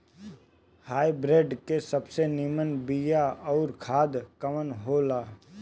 Hybrid के सबसे नीमन बीया अउर खाद कवन हो ला?